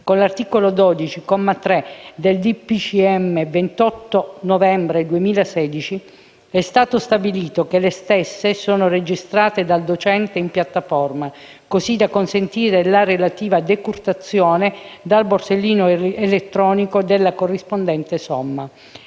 Consiglio dei ministri 28 novembre 2016, è stato stabilito che le stesse sono registrate dal docente in piattaforma (così da consentire la relativa decurtazione dal borsellino elettronico della corrispondente somma)